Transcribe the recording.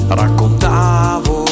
raccontavo